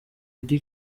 eddy